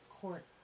court